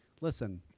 Listen